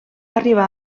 arribar